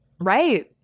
Right